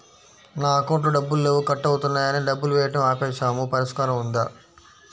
నా అకౌంట్లో డబ్బులు లేవు కట్ అవుతున్నాయని డబ్బులు వేయటం ఆపేసాము పరిష్కారం ఉందా?